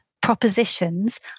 propositions